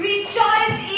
Rejoice